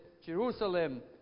Jerusalem